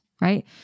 right